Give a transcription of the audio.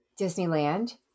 Disneyland